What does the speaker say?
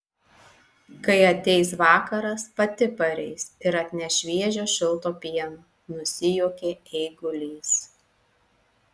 kai ateis vakaras pati pareis ir atneš šviežio šilto pieno nusijuokė eigulys